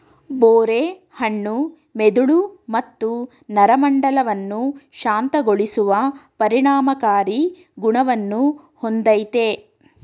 ಬೋರೆ ಹಣ್ಣು ಮೆದುಳು ಮತ್ತು ನರಮಂಡಲವನ್ನು ಶಾಂತಗೊಳಿಸುವ ಪರಿಣಾಮಕಾರಿ ಗುಣವನ್ನು ಹೊಂದಯ್ತೆ